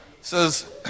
says